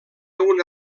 una